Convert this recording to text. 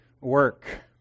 work